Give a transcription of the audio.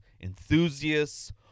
enthusiasts